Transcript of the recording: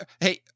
Hey